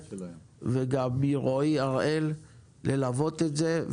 וגם מרועי הראל ללוות את זה.